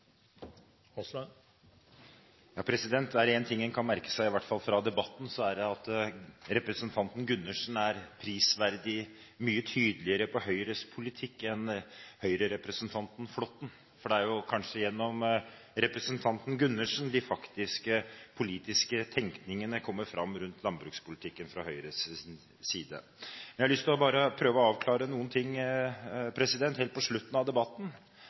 at representanten Gundersen er prisverdig mye tydeligere på Høyres politikk enn Høyre-representanten Flåtten, for det er kanskje gjennom representanten Gundersen at de faktiske politiske tenkningene rundt landbrukspolitikken kommer fram fra Høyres side. Jeg har lyst til å prøve å avklare noen ting helt på slutten av debatten,